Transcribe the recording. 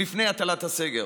לפני הטלת הסגר,